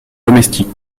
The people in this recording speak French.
domestique